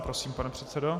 Prosím, pane předsedo.